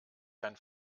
dein